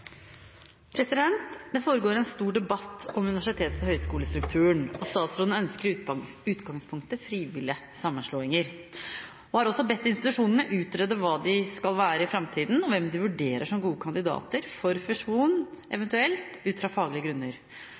foregår en stor debatt om universitets- og høyskolestrukturen. Statsråden ønsker i utgangspunktet frivillige sammenslåinger og har bedt institusjonene utrede hva de skal være, og hvem de vurderer som gode kandidater for fusjon ut fra faglige grunner.